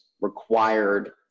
required